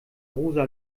rosa